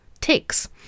ticks